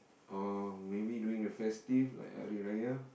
or maybe during the festive like Hari Raya